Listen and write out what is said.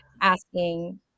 asking